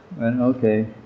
Okay